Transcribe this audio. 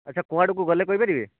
ଆଚ୍ଛା କୁଆଡ଼କୁ ଗଲେ କହିପାରିବେ